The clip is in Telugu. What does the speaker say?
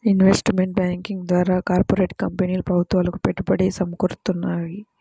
ఇన్వెస్ట్మెంట్ బ్యాంకింగ్ ద్వారా కార్పొరేట్ కంపెనీలు ప్రభుత్వాలకు పెట్టుబడి సమకూరుత్తాయి